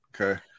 okay